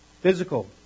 Physical